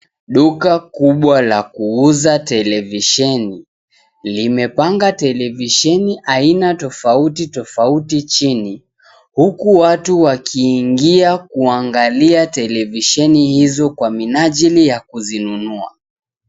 Duka kubwa la kuuza televisheni ,limepanga televisheni aina tofauti tofauti chini. Huku watu wakiingia kuangalia televisheni hizo kwa minajili ya kuzinunua.